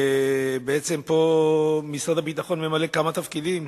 בעצם פה משרד הביטחון ממלא כמה תפקידים,